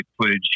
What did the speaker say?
footage